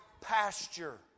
pasture